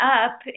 up